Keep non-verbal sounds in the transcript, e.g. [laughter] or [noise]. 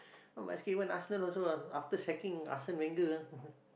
now even Arsenal also ah after sacking Arsene-Wenger ah [laughs]